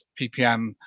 PPM